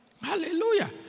Hallelujah